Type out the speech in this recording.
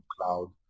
cloud